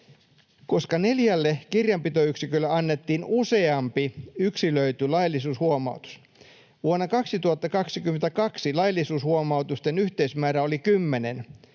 koska neljälle kirjanpitoyksikölle annettiin useampi yksilöity laillisuushuomautus. Vuonna 2022 laillisuushuomautusten yhteismäärä oli 10